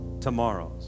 tomorrows